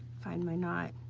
find my knot,